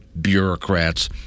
bureaucrats